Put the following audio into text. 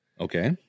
Okay